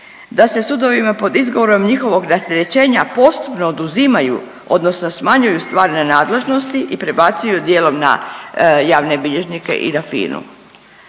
da se sudovima pod izgovorima njihovog rasterećenja postupno oduzimaju odnosno smanjuju stvarne nadležnosti i prebacuju djelom na javne bilježnike i na FINU